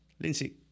Lindsay